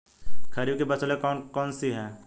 खरीफ की फसलें कौन कौन सी हैं?